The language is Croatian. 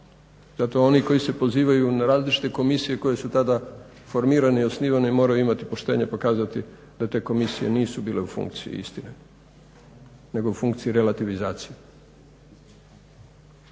Zato oni koji se pozivaju na različite komisije koje su tada formirane i osnivane moraju imati poštenja pa kazati da te komisije nisu bile u funkciji istine nego funkciji relativizacije